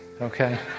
okay